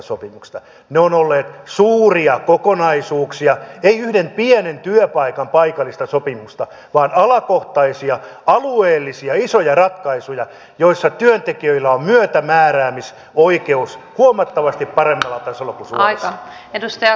ne ovat olleet suuria kokonaisuuksia eivät yhden pienen työpaikan paikallista sopimista vaan alakohtaisia alueellisia isoja ratkaisuja joissa työntekijöillä on myötämääräämisoikeus huomattavasti paremmalla tasolla kuin suomessa